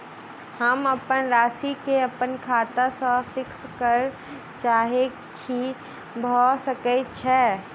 हम अप्पन राशि केँ अप्पन खाता सँ फिक्स करऽ चाहै छी भऽ सकै छै?